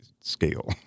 scale